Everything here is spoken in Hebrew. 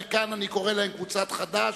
מכאן אני קורא להם קבוצת חד"ש.